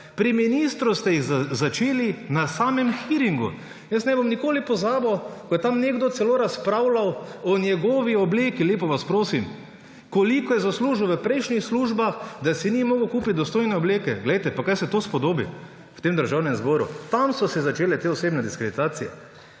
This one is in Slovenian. Pri ministru ste jih začeli na samem hearingu. Nikoli ne bom pozabil, ko je tam nekdo celo razpravljal o njegovi obleki, lepo vas prosim, koliko je zaslužil v prejšnjih službah, da si ni mogel kupiti dostojne obleke. Pa kaj se to spodobi v Državnem zboru? Tam so se začele te osebne diskreditacije.